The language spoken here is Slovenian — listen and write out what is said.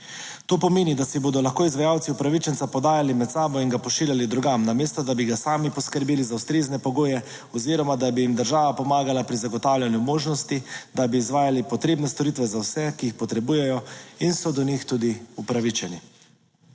To pomeni, da si bodo lahko izvajalci upravičenca podajali med sabo in ga pošiljali drugam, namesto da bi sami poskrbeli za ustrezne pogoje oziroma da bi jim država pomagala pri zagotavljanju možnosti, da bi izvajali potrebne storitve za vse, ki jih potrebujejo in so do njih tudi upravičeni.